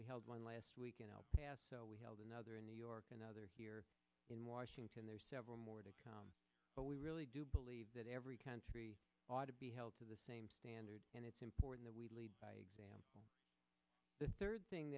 we held one last week in el paso we held another in new york and other here in washington there's several more to come but we really do believe that every country ought to be held to the same standards and it's important we lead by example the third thing